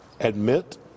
Admit